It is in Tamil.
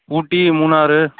ஊட்டி மூணாறு